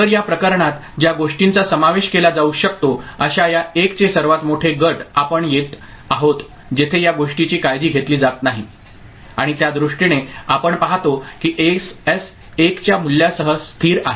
तर या प्रकरणात ज्या गोष्टींचा समावेश केला जाऊ शकतो अशा या 1 चे सर्वात मोठे गट आपण येत आहोत जेथे या गोष्टीची काळजी घेतली जात नाही आणि त्या दृष्टीने आपण पाहतो की एस 1 च्या मूल्यासह स्थिर आहे